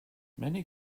many